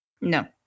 No